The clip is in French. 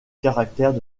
caractère